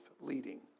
leading